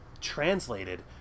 translated